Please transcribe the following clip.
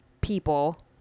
people